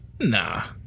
Nah